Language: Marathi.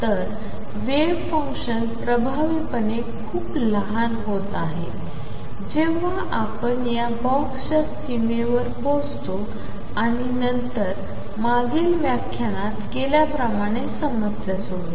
तर वेव्ह फंक्शन प्रभावीपणे खूप लहान होत आहे जेव्हा आपण या बॉक्सच्या सीमेवर पोहोचतो आणि नंतर मागील व्याख्यानात केल्याप्रमाणे समस्या सोडवा